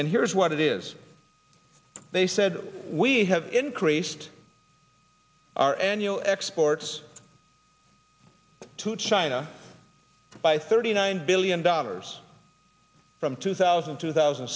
and here's what it is they said we have increased our annual exports to china by thirty nine billion dollars from two thousand two thousand